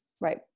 Right